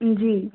जी